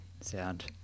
sound